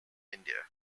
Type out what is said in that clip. india